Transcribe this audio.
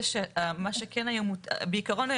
בעיקרון,